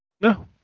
No